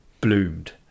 bloomed